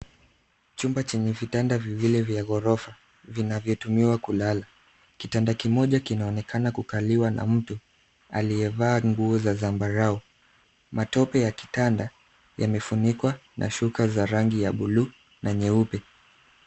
Chumba chenye vitanda viwili vya ghorofa vinavyotumiwa kulala. Kitanda kimoja kinaonekana kukaliwa na mtu aliyevaa nguo za zambarau. Matope ya kitanda yamefunikwa na shuka za rangi ya buluu na nyeupe.